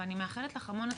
ואני מאחלת לך המון הצלחה.